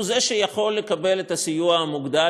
הוא זה שיכול לקבל את הסיוע המוגדל,